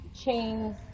chains